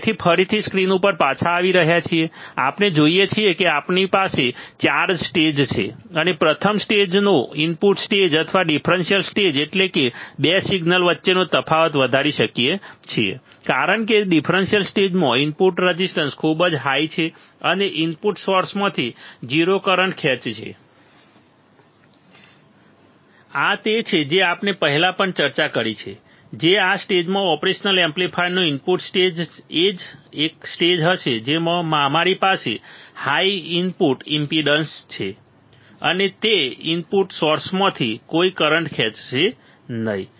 તેથી ફરીથી સ્ક્રીન ઉપર પાછા આવી રહ્યા છીએ આપણે જોઈએ છીએ કે આપણી પાસે 4 સ્ટેજ છે અને પ્રથમ સ્ટેજનો ઇનપુટ સ્ટેજ અથવા ડિફરન્સીયલ સ્ટેજ એટલે કે 2 સિગ્નલ્સ વચ્ચેનો તફાવત વધારી શકે છે કારણ કે ડિફરન્સીયલ સ્ટેજમાં ઇનપુટ રેઝિસ્ટન્સ ખૂબ જ હાઈ છે અને ઇનપુટ સોર્સોમાંથી 0 કરંટ ખેંચે છે આ તે છે જે આપણે પહેલા પણ ચર્ચા કરી છે કે આ સ્ટેજમાં ઓપરેશન એમ્પ્લીફાયરનો ઇનપુટ સ્ટેજ એ એક સ્ટેજ હશે જેમાં અમારી પાસે હાઈ ઇનપુટ ઈમ્પેડન્સ છે અને તે ઇનપુટ સોર્સોમાંથી કોઈ કરંટ ખેંચશે નહીં